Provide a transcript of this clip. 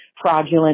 fraudulent